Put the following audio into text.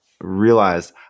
realized